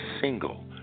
single